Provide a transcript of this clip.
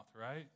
right